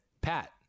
Pat